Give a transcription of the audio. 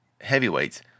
heavyweights